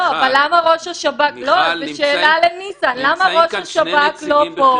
לא , זו שאלה לניסן, למה ראש השב"כ לא פה?